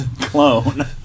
Clone